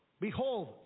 behold